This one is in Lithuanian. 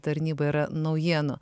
tarnyba yra naujienų